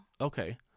Okay